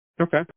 Okay